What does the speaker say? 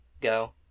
go